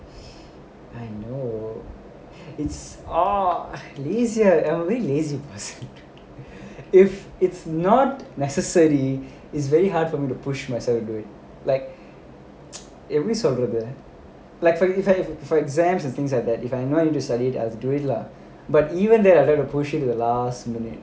I know it's ah lazier I mean lazy if it's not necessary is very hard for me to push myself to do it like it is over there like like for for exams and things like that if I need to study then I will do it lah but even there I like to push it the last minute